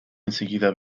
enseguida